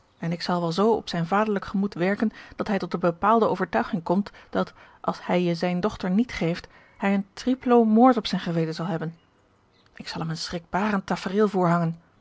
en ik zal wel zoo op zijn vaderlijk gemoed werken dat hij tot de bepaalde overtuiging komt dat als hij je zijne dochter niet geeft hij een triplo moord op zijn geweten zal hebben ik zal hem een schrikbarend tafereel voorhangen